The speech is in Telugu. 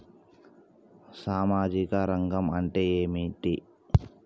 సామాజిక రంగం అంటే ఏమిటి?